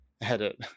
Edit